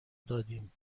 دادیم